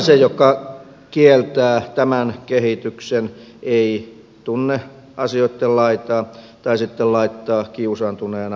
se joka kieltää tämän kehityksen ei tunne asioitten laitaa tai sitten laittaa kiusaantuneena silmänsä kiinni